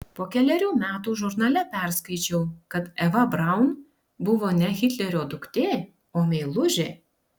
po kelerių metų žurnale perskaičiau kad eva braun buvo ne hitlerio duktė o meilužė